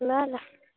ल ल